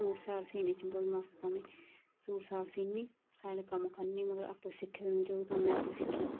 suit साट सीने च बहुत मस्त आं में सूट साट सीन्नी सारे कम्म करनी में मगर आपूं सिक्खी जो बी कम्म करग में आपूं सिक्खी